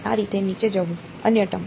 આ રીતે નીચે જવું અન્ય ટર્મ